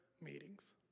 meetings